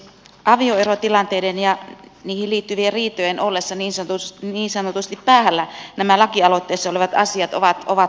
avioerotilanteiden ja niihin liittyvien riitojen ollessa niin sanotusti päällä nämä lakialoitteessa olevat asiat ovat tärkeitä